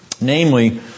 Namely